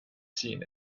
seen